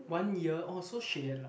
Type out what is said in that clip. one year or so she had like